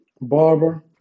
barber